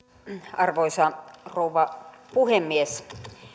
arvoisa rouva puhemies